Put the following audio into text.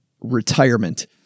retirement